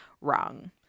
wrong